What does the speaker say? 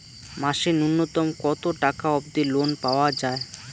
মাসে নূন্যতম কতো টাকা অব্দি লোন পাওয়া যায়?